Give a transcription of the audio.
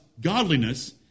godliness